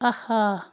آہا